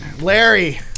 Larry